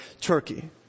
Turkey